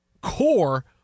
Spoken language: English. core